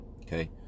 Okay